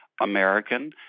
American